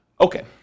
Okay